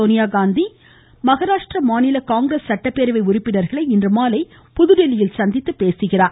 சோனியாகாந்தி அம்மாநில காங்கிரஸ் சட்டப்பேரவை உறுப்பினர்களை இன்றுமாலை புதுதில்லியில் சந்தித்து பேசுகிறார்